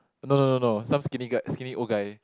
no no no no some skinny guy skinny old guy